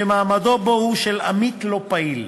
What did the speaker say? שמעמדו בו הוא של עמית לא-פעיל.